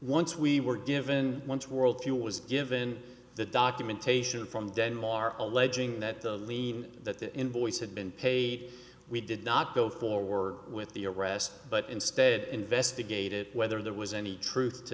once we were given once worldview was given the documentation from denmark alleging that the lien that the invoice had been paid we did not go forward with the arrest but instead investigated whether there was any truth to